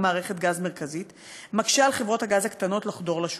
מערכת גז מרכזית מקשה על חברות הגז הקטנות לחדור לשוק.